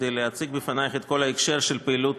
כדי להציג בפנייך את כל ההקשר של פעילות